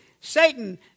Satan